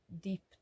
deep